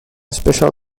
special